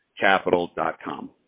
capital.com